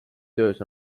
töös